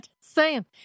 Sam